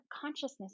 consciousness